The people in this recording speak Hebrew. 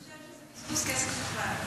אתה חושב שזה בזבוז כסף מוחלט.